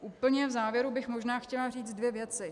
Úplně v závěru bych možná chtěla říct dvě věci.